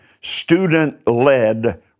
student-led